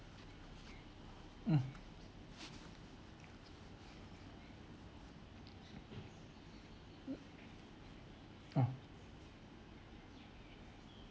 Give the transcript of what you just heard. mm mm oh